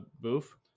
Boof